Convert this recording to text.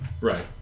Right